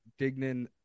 Dignan